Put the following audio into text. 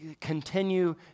continue